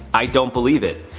i don't believe it.